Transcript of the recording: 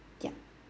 ya